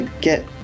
get